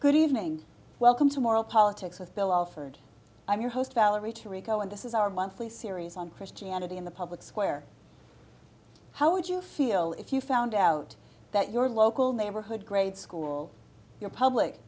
good evening welcome to moral politics with bill alford i'm your host valerie to rico and this is our monthly series on christianity in the public square how would you feel if you found out that your local neighborhood grade school your public